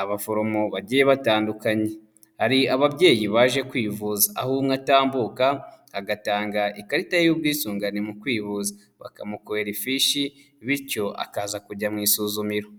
abaforomo bagiye batandukanye. Hari ababyeyi baje kwivuza, aho umwe atambuka agatanga ikarita ye y'ubwisungane mu kwivuza, bakamukorera ifishi bityo akaza kujya mu isuzumiro.